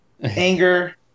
anger